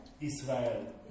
Israel